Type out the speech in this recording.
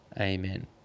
Amen